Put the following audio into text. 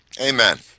Amen